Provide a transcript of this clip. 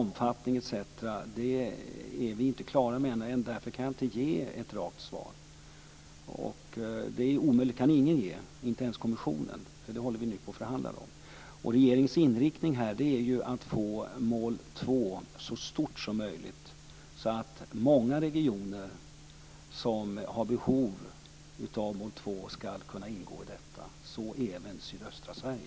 Omfattning och annat är vi inte klara med ännu, och därför kan jag inte ge ett rakt svar. Det är omöjligt, det kan ingen ge, inte ens kommissionen. Det håller vi nu på att förhandla om. Regeringens inriktning är att få mål 2 så stort som möjligt så att många regioner som har behov av mål 2 skall kunna ingå - så även sydöstra Sverige.